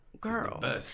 girl